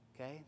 okay